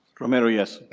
romero, yes.